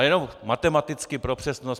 Jenom matematicky pro přesnost.